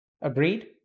Agreed